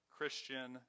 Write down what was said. Christian